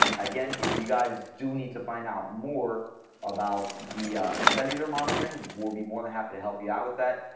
again, if you guys do need to find out more about the cellular monitoring, we'll be more than happy to help you out with that.